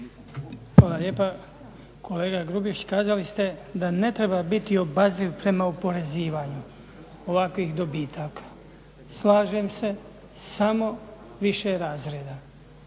Hvala lijepa. Kolega Grubišić, kazali ste da ne treba biti obazriv prema oporezivanju ovakvih dobitaka, slažem se samo više razreda.